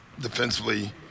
defensively